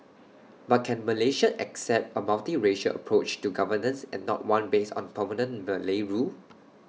but can Malaysia accept A multiracial approach to governance and not one based on permanent Malay rule